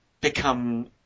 become